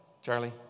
Charlie